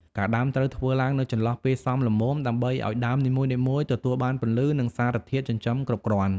ការដាំត្រូវធ្វើឡើងនៅចន្លោះពេលសមល្មម ដើម្បីឱ្យដើមនីមួយៗទទួលបានពន្លឺ និងសារធាតុចិញ្ចឹមគ្រប់គ្រាន់។